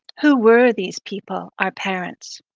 who were these people, our parents?